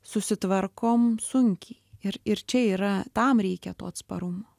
susitvarkom sunkiai ir ir čia yra tam reikia to atsparumo